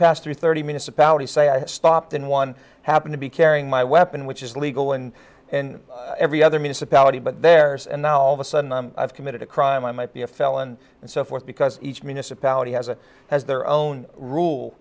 pass through thirty minutes a pouty say i stopped in one happened to be carrying my weapon which is legal and in every other municipality but theirs and all of a sudden i've committed a crime i might be a felon and so forth because each municipality has a has their own rule